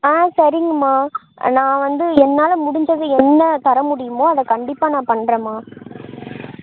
ஆ சரிங்கம்மா நான் வந்து என்னால் முடிஞ்சது என்ன தர முடியுமோ அதை கண்டிப்பாக நான் பண்ணுறேம்மா